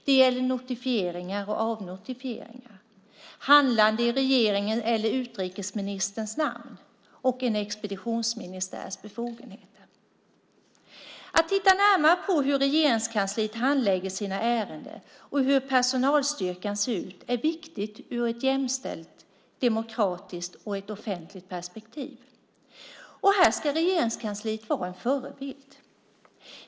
Det gäller notifieringar och avnotifieringar, handlande i regeringens eller utrikesministerns namn och en expeditionsministärs befogenheter. Att titta närmare på hur Regeringskansliet handlägger sina ärenden och hur personalstyrkan ser ut är viktigt ur ett jämställt, demokratiskt och offentligt perspektiv. Här ska Regeringskansliet vara en förebild.